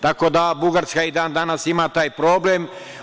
Tako da Bugarska i dan danas ima taj problem.